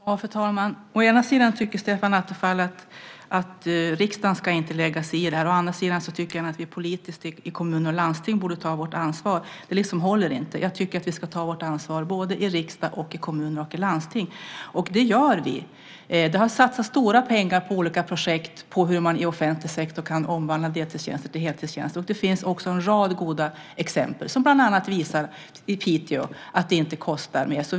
Fru talman! Å ena sidan tycker Stefan Attefall att riksdagen inte ska lägga sig i det här, å andra sidan tycker han att vi politiskt borde ta vårt ansvar i kommuner och landsting. Det håller inte. Jag tycker att vi ska ta vårt ansvar både i riksdag och i kommuner och landsting, och det gör vi. Det har satsats stora pengar på olika projekt som handlar om hur man kan omvandla deltidstjänster till heltidstjänster i offentlig sektor. Det finns också en rad goda exempel, bland annat i Piteå, som visar att det inte kostar mer.